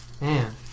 Man